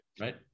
Right